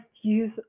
use